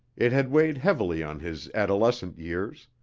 it had weighed heavily on his adolescent years.